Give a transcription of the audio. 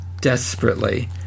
desperately